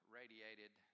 radiated